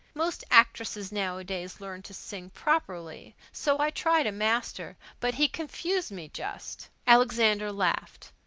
most actresses nowadays learn to sing properly, so i tried a master but he confused me, just! alexander laughed.